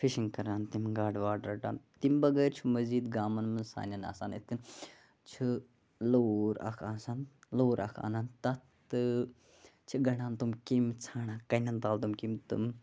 fishing کَران تِمہٕ گاڈٕ واڈٕ رَٹان تمہِ بَغٲر چھُ مَزیٖد گامَن مَنٛز سانیٚن آسان یِاِتھٕ کٔنۍ چھِ لوٗر اکھ آسان لوٗر اکھ اَنان تَتھ تہٕ چھِ گَنٛڈان تِم کیٚمۍ ژھانٛڈان کَنن تَل تِم کیٚمۍ تِم